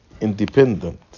independent